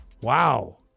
Wow